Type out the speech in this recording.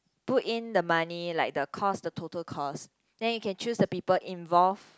put in the money like the cost the total cost then you can choose the people involved